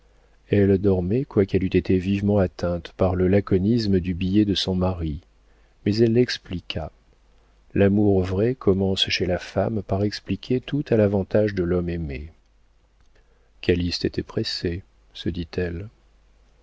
elle dormait quoiqu'elle eût été vivement atteinte par le laconisme du billet de son mari mais elle l'expliqua l'amour vrai commence chez la femme par expliquer tout à l'avantage de l'homme aimé calyste était pressé se dit-elle